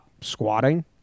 squatting